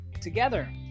together